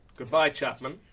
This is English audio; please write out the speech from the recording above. goodbye, chapman.